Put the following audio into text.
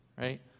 right